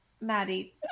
Maddie